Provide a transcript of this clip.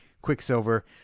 Quicksilver